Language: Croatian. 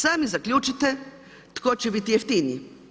Sami zaključite tko će biti jeftiniji.